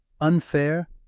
unfair